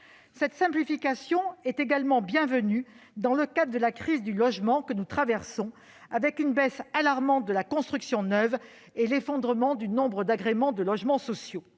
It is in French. Cette simplification est également bienvenue dans le cadre de la crise du logement que nous traversons, avec une baisse alarmante de la construction neuve et l'effondrement du nombre de logements sociaux